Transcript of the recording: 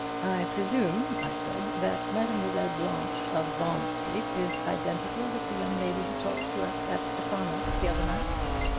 i presume, i said, that mademoiselle blanche, of bond street, is identical with the young lady who talked to us at stephano's the other night?